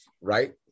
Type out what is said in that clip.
right